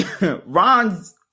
Ron's